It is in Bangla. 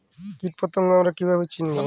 কীটপতঙ্গ আমরা কীভাবে চিনব?